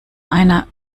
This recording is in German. einer